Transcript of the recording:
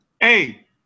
Hey